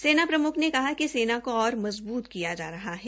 सेना प्रम्ख ने कहा कि सेना की और मजबूत किया जा रहा है